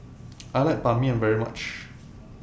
I like Ban Mian very much